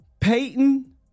Peyton